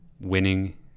winning